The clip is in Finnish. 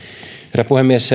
herra puhemies